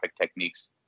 techniques